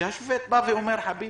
שהשופט אומר: חביבי,